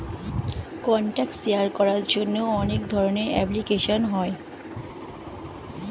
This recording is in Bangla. কন্ট্যাক্ট শেয়ার করার জন্য অনেক ধরনের অ্যাপ্লিকেশন হয়